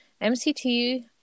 MCT